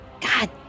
God